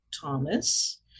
thomas